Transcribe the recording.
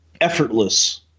effortless